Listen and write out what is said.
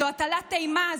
זו הטלת אימה,